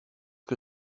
que